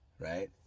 right